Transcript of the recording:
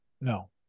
No